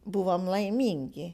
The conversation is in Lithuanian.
buvom laimingi